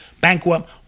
bankrupt